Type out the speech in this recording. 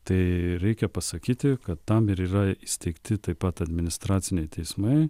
tai reikia pasakyti kad tam yra įsteigti taip pat administraciniai teismai